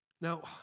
Now